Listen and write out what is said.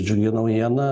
džiugi naujiena